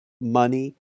money